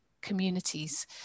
communities